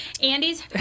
Andy's